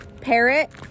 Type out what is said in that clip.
parrot